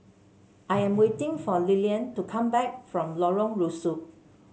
I am waiting for Lilian to come back from Lorong Rusuk